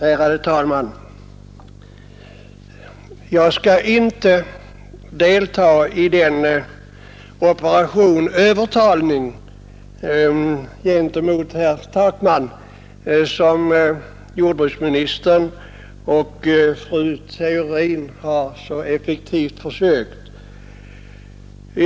Ärade talman! Jag skall inte delta i den operation övertalning gentemot herr Takman som jordbruksministern och fru Theorin så kraftfullt har försökt bedriva.